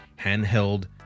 handheld